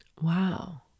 Wow